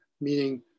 meaning